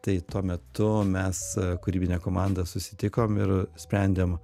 tai tuo metu mes kūrybinė komanda susitikom ir sprendėm